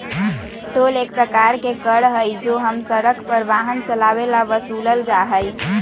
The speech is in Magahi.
टोल एक प्रकार के कर हई जो हम सड़क पर वाहन चलावे ला वसूलल जाहई